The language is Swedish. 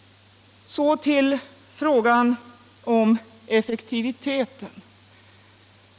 Så till frågan om effektiviteten.